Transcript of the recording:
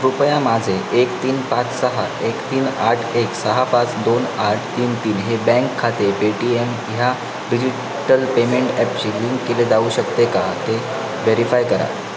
कृपया माझे एक तीन पाच सहा एक तीन आठ एक सहा पाच दोन आठ तीन तीन हे बँक खाते पेटीएम ह्या डिजिटल पेमेंट ॲपशी लिंक केले जाऊ शकते का ते व्हेरीफाय करा